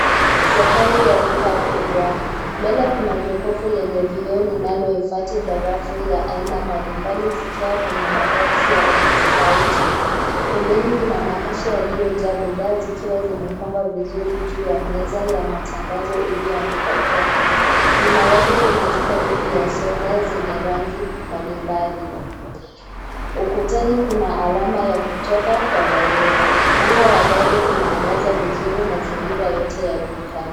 Sehemu ya duka kubwa. Mbele kuna jokofu lenye vioo linalohifadhi barafu ya aina mbalimbali zikiwa kwenye maboksi ya rangi tofauti. Pembeni kuna makasha yaliyojaa bidhaa zikiwa zimepangwa vizuri juu ya meza ya matangazo iliyoandikwa promo . Nyuma yake kuna chupa nyingi ya soda zenye rangi mbalimbali. Ukutani kuna alama ya kutoka kwa dharura. Mwanga wa dari unaangaza vizuri mazingira yote ya duka.